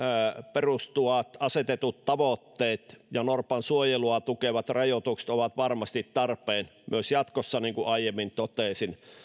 perustuvat asetetut tavoitteet ja norpansuojelua tukevat rajoitukset ovat varmasti tarpeen myös jatkossa niin kuin aiemmin totesin